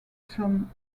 some